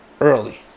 early